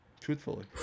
Truthfully